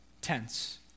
tense